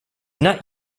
not